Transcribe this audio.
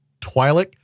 Twilight